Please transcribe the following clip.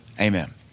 Amen